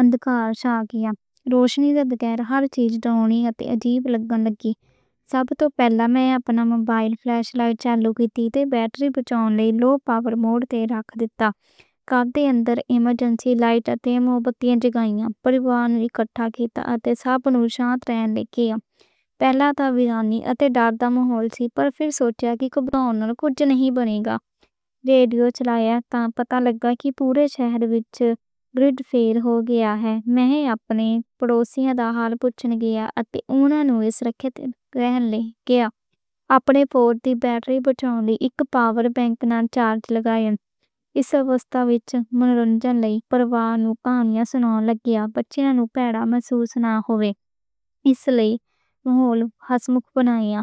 اندھیرا چھا گیا۔ روشنی دے بغیر ہر چیز دھندلی اتے عجیب لگن لگی۔ سب توں پہلاں میں اپنا موبائل دی فلیش لائٹ چلا لئی تے بیٹری بچاون لئی لو پاور موڈ تے رکھ دتا۔ کار دے اندر ایمرجنسی لائٹ لائی تے موبائل تے گانے، پریوار اکٹھا کتا۔ اس نال ساڈے نوں شانت رہن لگا۔ پہلاں دی ویرانی اتے ڈر دا ماحول سی، پر پھر سوچیا کہ کجھ دے خوچ نہیں بنے گا۔ ریڈیو چلا کے پتا لایا کہ پورے شہر وچ بریک ڈاؤن ہو گیا ہے۔ میں اپنے پڑوسی دا حال پُچھن گیا۔ اتے اونہاں نوں طریقے نال کہیا کہ اپنے فون دی بیٹری بچاون لئی پاور بینک نال چارجنگ لگاؤ۔ اس اوستہ وچ منورنجن لئی فری وقت نوں اکیلا محسوس نہ ہووے۔ اس لئی ماحول ہسمکھ بنایا۔